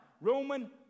roman